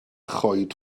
choed